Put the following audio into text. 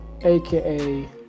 aka